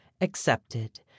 accepted